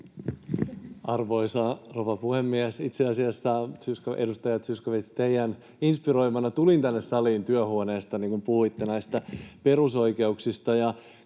Arvoisa rouva puhemies! — Itse asiassa, edustaja Zyskowicz, teidän inspiroimananne tulin tänne saliin työhuoneestani, kun puhuitte näistä perusoikeuksista.